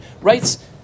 writes